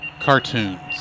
Cartoons